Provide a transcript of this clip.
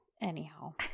anyhow